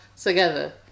together